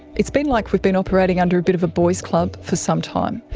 it's been like we've been operating under a bit of a boys' club for some time.